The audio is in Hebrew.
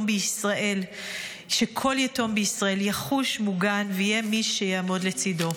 בישראל יחוש מוגן ויהיה מי שיעמוד לצידו.